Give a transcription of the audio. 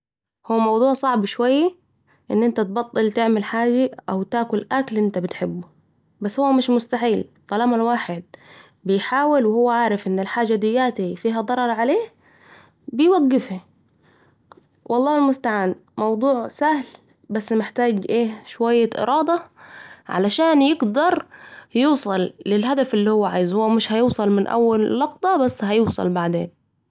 هو الموضوع صعب شويه أن أنت تبطل تعمل حاجه او تاكل أكل أنت بتحبه، بس هو مش مستحيل طالما الواحد بيحاول وهو عارف أن الحاجة دياتي فيها ضرر عليه بيوقفها ، و الله المستعان ، موضوع سهل بس محتاج أيه ؟ شوية أراده علشان يقدر يوصل للهدف الي هو عايزة هو مش هيوصل من أول لقطه بس هيوصل بعدين